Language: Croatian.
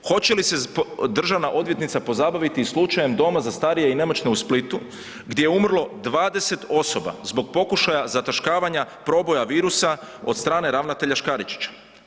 Hoće li se državna odvjetnica pozabaviti i slučajem Doma za starije i nemoćne u Splitu gdje je umrlo 20 osoba zbog pokušaja zataškavanja proboja virusa od strane ravnatelja Škaričića?